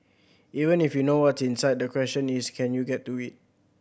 even if you know what's inside the question is can you get to it